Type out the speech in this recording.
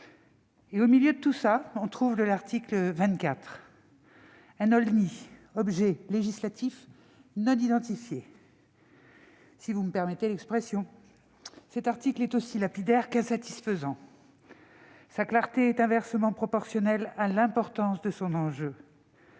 Et au milieu de tout cela, on trouve l'article 24, un OLNI : objet législatif non identifié ! Cet article est aussi lapidaire qu'insatisfaisant. Sa clarté est inversement proportionnelle à l'importance de son enjeu.